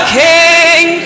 king